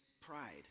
pride